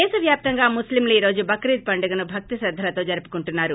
దేశ వ్యాప్తంగా ముస్లింలు ఈ రోజు బక్రీద్ పండుగను భక్తి శ్రద్ధలతో జరుపుకుంటున్నారు